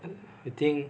the thing